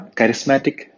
charismatic